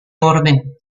orden